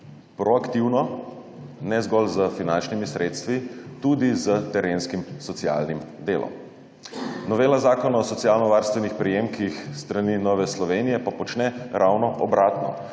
Proaktivno, ne zgolj z finančnimi sredstvi, tudi s terenskim socialnim delom. Novela Zakona o socialno varstvenih prejemkih s strani Nove Slovenije pa počne ravno obratno.